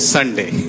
Sunday